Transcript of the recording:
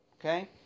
Okay